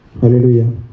Hallelujah